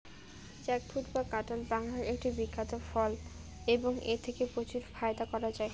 jackfruit বা কাঁঠাল বাংলার একটি বিখ্যাত ফল এবং এথেকে প্রচুর ফায়দা করা য়ায়